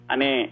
Ane